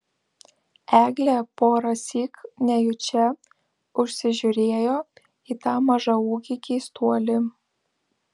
eglė porąsyk nejučia užsižiūrėjo į tą mažaūgį keistuolį